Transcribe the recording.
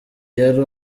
yari